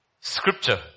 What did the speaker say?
scripture